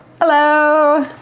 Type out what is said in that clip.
Hello